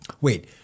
Wait